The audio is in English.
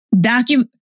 document